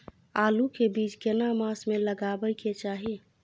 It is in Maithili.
आलू के बीज केना मास में लगाबै के चाही?